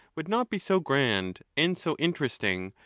would not be so grand and so interesting,